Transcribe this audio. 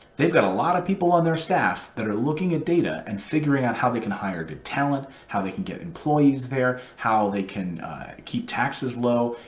they've got a lot of people on their staff that are looking at data and figuring out how they can hire good talent, how they can get employees there, how they can keep taxes low.